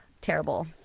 terrible